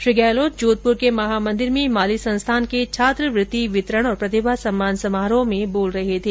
श्री गहलोत जोधपुर के महामंदिर में माली संस्थान के छात्रवृति वितरण और प्रतिभा सम्मान सम्मारोह में बोल रहे थे